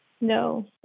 No